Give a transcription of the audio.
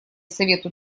совету